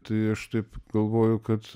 tai aš taip galvoju kad